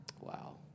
Wow